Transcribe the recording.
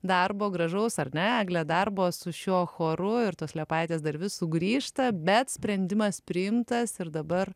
darbo gražaus ar ne egle darbo su šiuo choru ir tos liepaitės dar vis sugrįžta bet sprendimas priimtas ir dabar